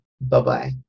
Bye-bye